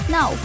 Now